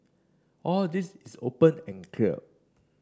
all this is open and clear